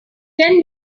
ten